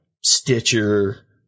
Stitcher